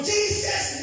Jesus